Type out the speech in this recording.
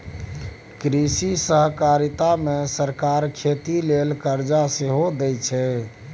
कृषि सहकारिता मे सरकार खेती लेल करजा सेहो दैत छै